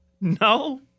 No